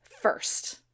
first